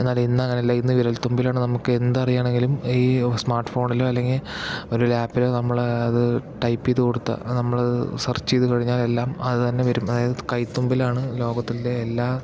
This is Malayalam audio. എന്നാലിന്നങ്ങനെയല്ല ഇന്ന് വിരൽത്തുമ്പിലാണ് നമുക്ക് എന്തറിയണമെങ്കിലും ഈ സ്മാർട്ട് ഫോണിലോ അല്ലെങ്കിൽ ഒരു ലാപ്പിലോ നമ്മള് അതു ടൈപ്പ് ചെയ്തുകൊടുത്താൽ നമ്മള് സെർച്ച് ചെയ്തുകഴിഞ്ഞാൽ എല്ലാം അതുതന്നേ വരും അതായത് കൈതുമ്പിലാണ് ലോകത്തിലേ എല്ലാ